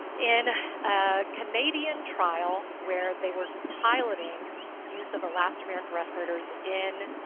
in a canadian trial where they were piloting use of elastomeric respirators in